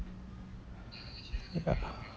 ya